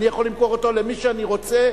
אני יכול למכור אותה למי שאני רוצה,